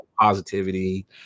positivity